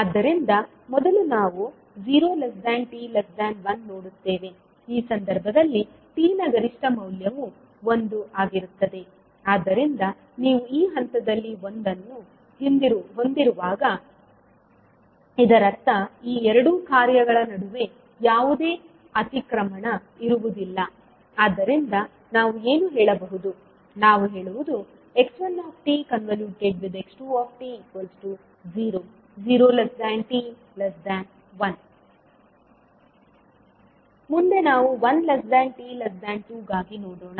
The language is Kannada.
ಆದ್ದರಿಂದ ಮೊದಲು ನಾವು 0t1 ನೋಡುತ್ತೇವೆ ಈ ಸಂದರ್ಭದಲ್ಲಿ t ನ ಗರಿಷ್ಠ ಮೌಲ್ಯವು ಒಂದು ಆಗಿರುತ್ತದೆ ಆದ್ದರಿಂದ ನೀವು ಈ ಹಂತದಲ್ಲಿ 1 ಅನ್ನು ಹೊಂದಿರುವಾಗ ಇದರರ್ಥ ಈ ಎರಡು ಕಾರ್ಯಗಳ ನಡುವೆ ಯಾವುದೇ ಅತಿಕ್ರಮಣ ಇರುವುದಿಲ್ಲ ಆದ್ದರಿಂದ ನಾವು ಏನು ಹೇಳಬಹುದು ನಾವು ಹೇಳುವುದು x1tx2t 0 0 t 1 ಸ್ಲೈಡ್ ಸಮಯವನ್ನು ಉಲ್ಲೇಖಿಸಿ 637 ಮುಂದೆ ನಾವು 1t2 ಗಾಗಿ ನೋಡೋಣ